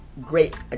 Great